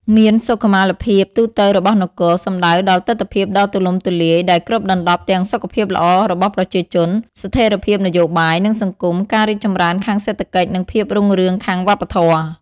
មានសុខុមាលភាពទូទៅរបស់នគរ សំដៅដល់ទិដ្ឋភាពដ៏ទូលំទូលាយដែលគ្របដណ្តប់ទាំងសុខភាពល្អរបស់ប្រជាជន ស្ថិរភាពនយោបាយ និងសង្គម ការរីកចម្រើនខាងសេដ្ឋកិច្ច និងភាពរុងរឿងខាងវប្បធម៌។